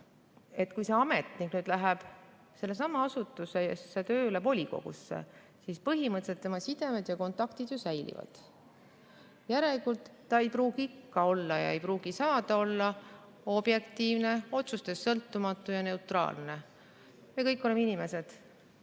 et kui see ametnik läheb sellestsamast asutusest tööle volikogusse, siis põhimõtteliselt tema sidemed ja kontaktid ju säilivad. Järelikult ta ei pruugi ikka olla ega pruugi saada olla objektiivne, otsustes sõltumatu ja neutraalne. Me kõik oleme inimesed